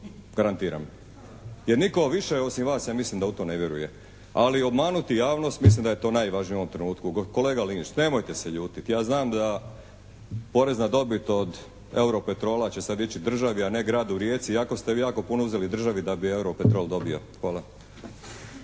garantiram. Jer nitko više osim vas ja mislim da u to ne vjeruje. Ali obmanuti javnost, mislim da je to najvažnije u ovom trenutku. Kolega Linić, nemojte se ljutiti, ja znam da porez na dobit od EuroPetrola će sada ići državi a ne gradu Rijeci iako ste vi jako puno uzeli državi da bi EuroPetrol dobio. Hvala.